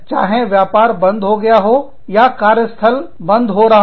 चाहे व्यापार बंद हो गया हो या कार्यस्थल बंद हो रहा हो